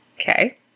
Okay